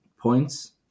points